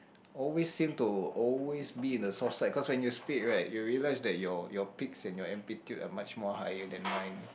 always seem to always be on the soft side cause when you speak right you realize that your your peaks and your amplitude are much more higher than mine